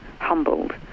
humbled